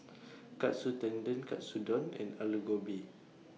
Katsu Tendon Katsudon and Alu Gobi